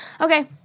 Okay